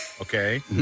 Okay